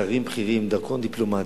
שרים בכירים, עם דרכון דיפלומטי,